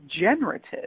generative